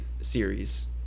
series